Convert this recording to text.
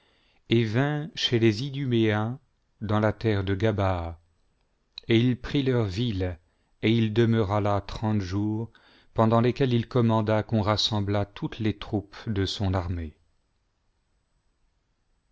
et vint chez les iduméens dans la terre de gab et il prit leurs villes et il demeura là trente jours pendant lesquels il commanda qu'on rassemblât toutes les troupes de son armée